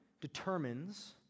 determines